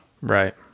Right